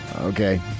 Okay